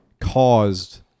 caused